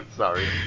Sorry